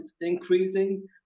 increasing